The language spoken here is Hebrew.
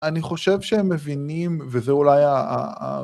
אני חושב שהם מבינים, וזה אולי ה...